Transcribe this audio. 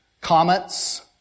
comets